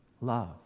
love